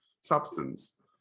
substance